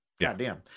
goddamn